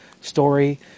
story